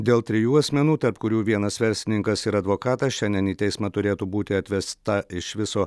dėl trijų asmenų tarp kurių vienas verslininkas ir advokatas šiandien į teismą turėtų būti atvesta iš viso